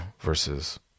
versus